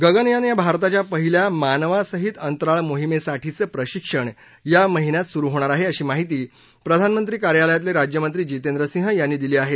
गगनयान या भारताच्या पहिल्या मानवसहित अंतराळ मोहीमेसाठीचं प्रशिक्षण या महिन्यात सुरु होणार आहे अशी महिती प्रधानमंत्री कार्यालयातले राज्यमंत्री जितेंद्र सिंग यांनी दिली आहे